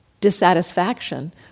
dissatisfaction